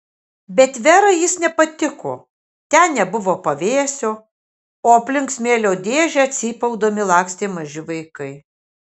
bet verai jis nepatiko ten nebuvo pavėsio o aplink smėlio dėžę cypaudami lakstė maži vaikai